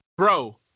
Bro